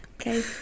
Okay